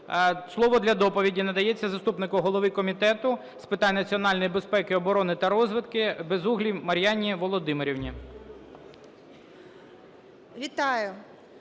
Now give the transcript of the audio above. Слово для доповіді надається заступнику голови Комітету з питань національної безпеки, оборони та розвідки Безуглій Мар'яні Володимирівні.